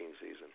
season